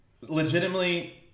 legitimately